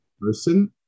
person